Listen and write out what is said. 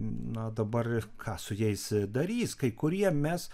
na dabar ir ką su jais darys kai kurie mes